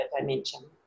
dimension